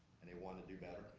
and they wanna do better.